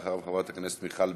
אחריו, חברת הכנסת מיכל בירן.